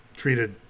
Treated